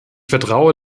vertraue